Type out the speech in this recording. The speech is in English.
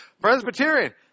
Presbyterian